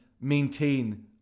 maintain